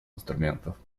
инструментов